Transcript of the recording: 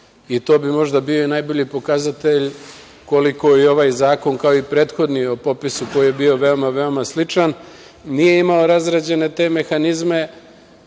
I to bi možda bio i najbolji pokazatelj koliko i ovaj zakon, kao i prethodni o popisu, koji je bio veoma, veoma sličan, nije imao razrađene te mehanizme.